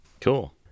Cool